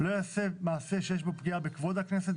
לא יעשה מעשה שיש בו פגיעה בכבוד הכנסת,